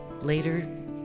later